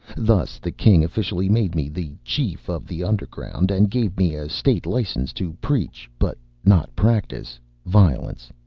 thus the king officially made me the chief of the underground and gave me a state license to preach but not practice violence.